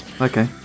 okay